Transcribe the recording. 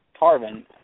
Tarvin